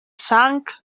sang